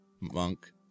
monk